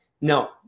No